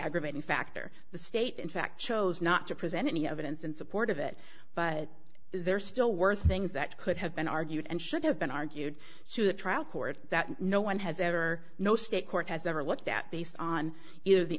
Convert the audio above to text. aggravating factor the state in fact chose not to present any evidence in support of it but there still were things that could have been argued and should have been argued to the trial court that no one has ever no state court has ever looked at based on either the